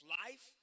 life